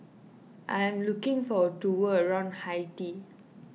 I am looking for a tour around Haiti